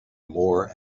more